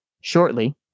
Shortly